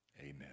amen